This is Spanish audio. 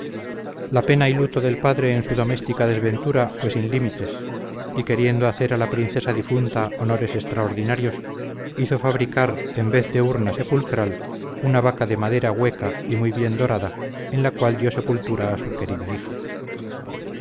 la pena y luto del padre en su doméstica desventura fue sin límites y queriendo hacer a la princesa difunta honores extraordinarios hizo fabricar en vez de urna sepulcral una vaca de madera hueca y muy bien dorada en la cual dio sepultura a su querida hija